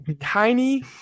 tiny